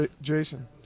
Jason